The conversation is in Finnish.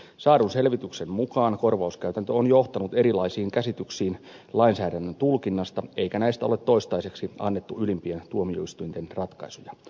saadun selvityksen mukaan korvauskäytäntö on johtanut erilaisiin käsityksiin lainsäädännön tulkinnasta eikä näistä ole toistaiseksi annettu ylimpien tuomioistuinten ratkaisuja